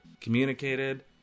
communicated